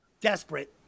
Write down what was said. desperate